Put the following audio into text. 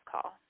call